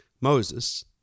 Moses